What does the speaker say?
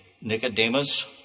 Nicodemus